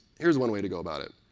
here's one way to go about it.